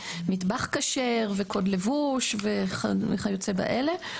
מטבח כשר וקוד לבוש וכיוצא באלה.